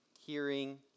hearing